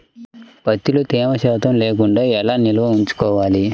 ప్రత్తిలో తేమ శాతం లేకుండా ఎలా నిల్వ ఉంచుకోవాలి?